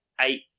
eight